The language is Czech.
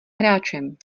hráčem